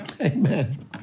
amen